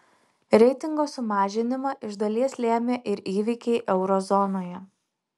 reitingo sumažinimą iš dalies lėmė ir įvykiai euro zonoje